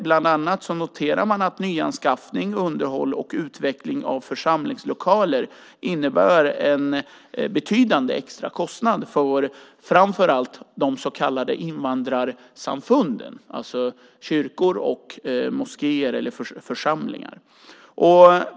Bland annat noterar man att nyanskaffning, underhåll och utveckling av församlingslokaler innebär en betydande extrakostnad för framför allt de så kallade invandrarsamfunden, alltså kyrkor, moskéer eller församlingar.